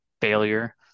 failure